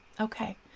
okay